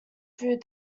food